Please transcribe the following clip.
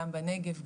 גם בנגב,